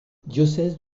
diocèse